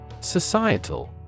societal